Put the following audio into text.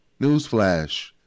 Newsflash